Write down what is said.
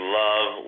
love